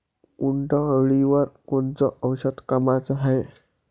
उंटअळीवर कोनचं औषध कामाचं हाये?